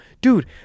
dude